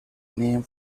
name